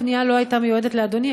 הפנייה לא הייתה מיועדת לאדוני,